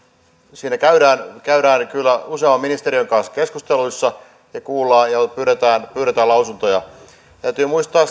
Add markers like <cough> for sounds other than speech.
siinä käydään käydään kyllä useamman ministeriön kanssa keskusteluja ja kuullaan ja pyydetään pyydetään lausuntoja täytyy muistaa <unintelligible>